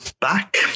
back